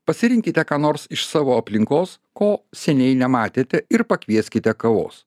pasirinkite ką nors iš savo aplinkos ko seniai nematėte ir pakvieskite kavos